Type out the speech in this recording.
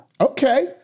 Okay